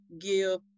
give